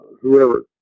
whoever